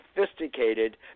sophisticated